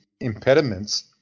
impediments